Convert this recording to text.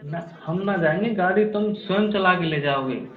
ना हम ना जाएंगे गाड़ी तुम स्वयं चला के ले जाओगे